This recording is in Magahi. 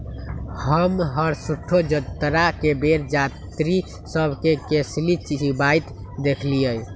हम हरसठ्ठो जतरा के बेर जात्रि सभ के कसेली चिबाइत देखइलइ